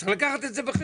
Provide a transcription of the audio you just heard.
צריך לקחת את זה בחשבון.